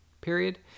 period